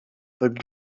that